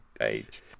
age